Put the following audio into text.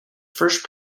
first